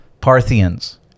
Parthians